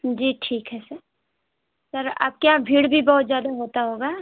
जी ठीक है sir sir आपके यहाँ भीड़ भी बहुत ज्यादा होता होगा